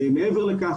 מעבר לכך,